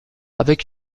avec